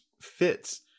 fits